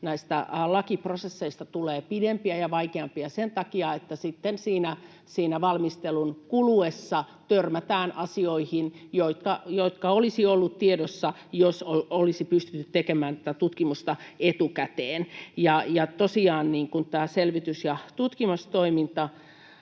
näistä lakiprosesseista tulee pidempiä ja vaikeampia sen takia, että sitten siinä valmistelun kuluessa törmätään asioihin, jotka olisivat olleet tiedossa, jos olisi pystytty tekemään tätä tutkimusta etukäteen. Tosiaan mitä tulee tähän selvitykseen ja tutkimustoiminnan